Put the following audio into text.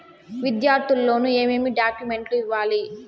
విద్యార్థులు లోను ఏమేమి డాక్యుమెంట్లు ఇవ్వాలి?